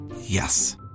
Yes